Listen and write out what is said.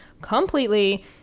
completely